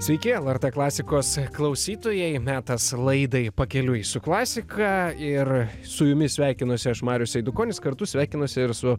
sveiki lrt klasikos klausytojai metas laidai pakeliui su klasika ir su jumis sveikinuosi aš marius eidukonis kartu sveikinuosi ir su